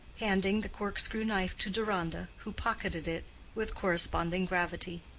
handing the cork-screw knife to deronda, who pocketed it with corresponding gravity.